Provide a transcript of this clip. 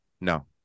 No